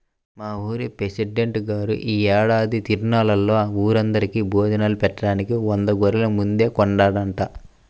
మా ఊరి పెసిడెంట్ గారు యీ ఏడాది తిరునాళ్ళలో ఊరందరికీ భోజనాలు బెట్టడానికి వంద గొర్రెల్ని ముందే కొన్నాడంట